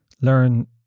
Learn